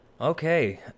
okay